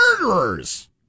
murderers